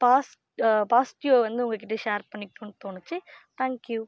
pass பாசிட்டிவ்வை வந்து உங்கள்கிட்ட ஷேர் பண்ணிக்கணும்னு தோணுச்சு தேங்க் யூ